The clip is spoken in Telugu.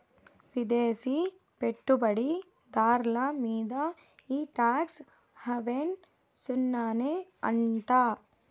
విదేశీ పెట్టుబడి దార్ల మీంద ఈ టాక్స్ హావెన్ సున్ననే అంట